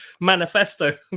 manifesto